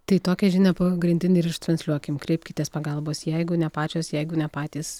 tai tokią žinią pagrindinę ir ištransliuokim kreipkitės pagalbos jeigu ne pačios jeigu ne patys